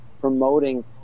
promoting